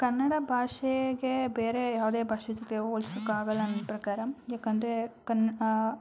ಕನ್ನಡ ಭಾಷೆಗೆ ಬೇರೆ ಯಾವುದೇ ಭಾಷೆ ಜೊತೆ ಹೋಲ್ಸೋಕ್ ಆಗಲ್ಲ ನನ್ನ ಪ್ರಕಾರ ಯಾಕೆಂದ್ರೆ ಕನ